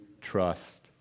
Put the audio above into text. trust